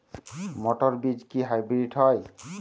মটর বীজ কি হাইব্রিড হয়?